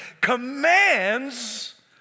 commands